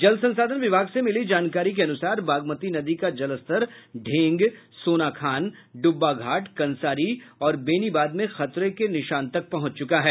जल संसाधन विभाग से मिली जानकारी के अनुसार बागमती नदी का जलस्तर ढेंग सोना खान डुब्बाघाट कंसारी और बेनीबाद में खतरे के निशान तक पहुंच चुका है